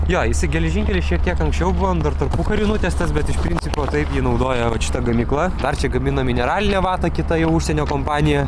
jo jisai geležinkelis šiek tiek anksčiau buvo dar tarpukarį nutiestas bet iš principo taip jį naudoja šita gamykla dar čia gamina mineralinę vatą kita jau užsienio kompanija